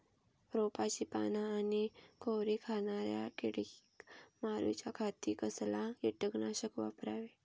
रोपाची पाना आनी कोवरी खाणाऱ्या किडीक मारूच्या खाती कसला किटकनाशक वापरावे?